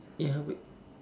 ya but